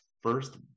first